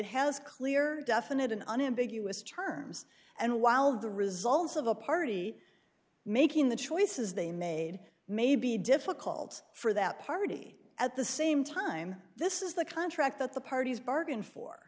has clear definite and unambiguous terms and while the result of a party making the choices they made may be difficult for that party at the same time this is the contract that the parties bargained for